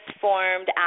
formed